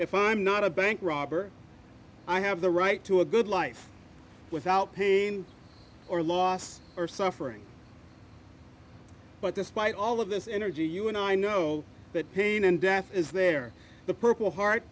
if i'm not a bank robber i have the right to a good life without pain or loss or suffering but despite all of this energy you and i know that pain and death is there the purple heart